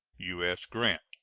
u s. grant.